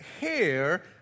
hair